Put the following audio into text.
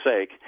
sake